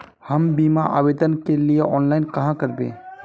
हम बीमा आवेदान के लिए ऑनलाइन कहाँ करबे?